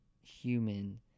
human